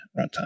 runtime